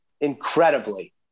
Incredibly